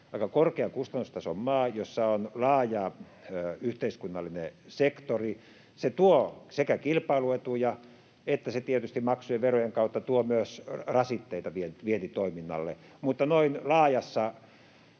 aika korkean kustannustason maa, jossa on laaja yhteiskunnallinen sektori. Se tuo kilpailuetuja, ja se tuo tietysti maksujen, verojen kautta myös rasitteita vientitoiminnalle, mutta noin laajassa